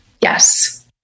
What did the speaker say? Yes